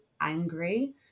angry